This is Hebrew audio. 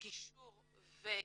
גישור וייעוץ.